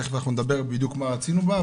ותיכף אנחנו נדבר מה בדיוק עשינו בה,